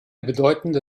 bedeutende